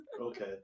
Okay